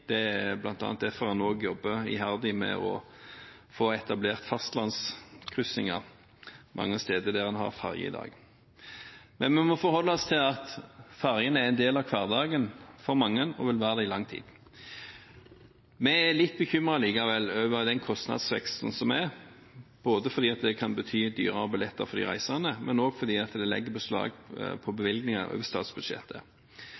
Det er bl.a. derfor en også jobber iherdig med å få etablert fastlandskryssinger mange steder der en har ferje i dag. Men vi må forholde oss til at ferjene er en del av hverdagen for mange og vil være det i lang tid. Vi er likevel litt bekymret over den kostnadsveksten som er, fordi det kan bety dyrere billetter for de reisende, men også fordi det legger beslag på